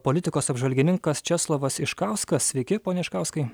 politikos apžvalgininkas česlovas iškauskas sveiki pone iškauskai